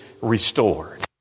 restored